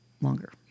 Longer